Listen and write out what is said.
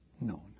known